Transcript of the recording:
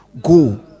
go